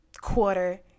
quarter